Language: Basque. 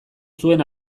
zuen